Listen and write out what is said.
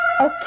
Okay